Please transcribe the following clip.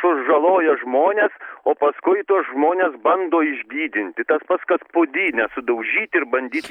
sužaloja žmones o paskui tuos žmones bando išgydinti tas pats kad puodynę sudaužyti ir bandyti